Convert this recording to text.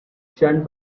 shunned